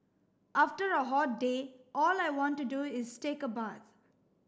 after a hot day all I want to do is take a bath